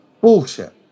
bullshit